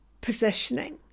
positioning